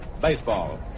baseball